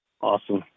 Awesome